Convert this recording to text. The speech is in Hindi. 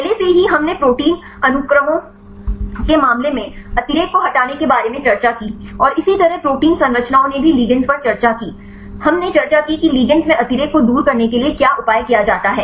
पहले से ही हमने प्रोटीन अनुक्रमों के मामले में अतिरेक को हटाने के बारे में चर्चा की और इसी तरह प्रोटीन संरचनाओं ने भी लिगेंड्स पर चर्चा की हमने सही चर्चा की कि लिगेंड्स में अतिरेक को दूर करने के लिए क्या उपाय किया जाता है